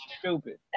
Stupid